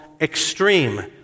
extreme